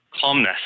calmness